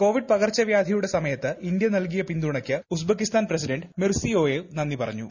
Covid പകർച്ചവ്യാധിയുടെ സമയത്ത് India നൽകിയ പിന്തുണയ്ക്ക് ഉസ്ബെക്കിസ്ഥാൻ പ്രസിഡന്റ് മിർസിയോയേീപ്പ് നന്ദി പറഞ്ഞു